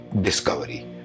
discovery